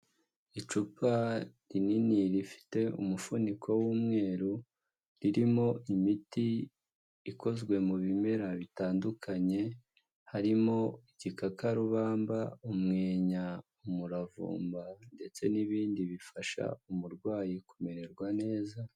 Icupa rinini rifite umufuniko w'umweru, ririmo imiti ikozwe mu bimera bitandukanye, harimo igikakarubamba, umwenya, umuravumba ndetse n'ibindi bifasha umurwayi kumererwa neza.